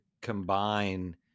combine